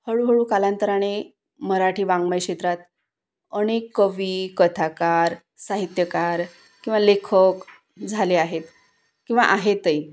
हळूहळू कालांतराने मराठी वाङमय क्षेत्रात अनेक कवी कथाकार साहित्यकार किंवा लेखक झाले आहेत किंवा आहेतही